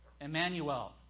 Emmanuel